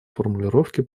формулировки